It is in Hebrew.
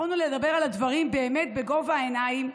יכולנו לדבר על הדברים בגובה העיניים,